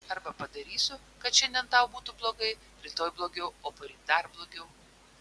arba padarysiu kad šiandien tau būtų blogai rytoj blogiau o poryt dar blogiau